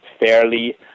fairly